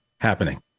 happening